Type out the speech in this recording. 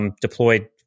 deployed